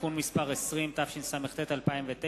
(תיקון מס' 20), התשס"ט 2009;